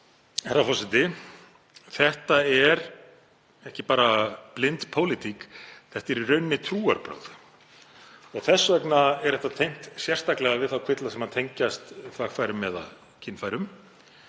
Herra forseti. Þetta er ekki bara blind pólitík, þetta eru í raun trúarbrögð. Þess vegna er þetta tengt sérstaklega við þá kvilla sem tengjast þvagfærum eða kynfærum.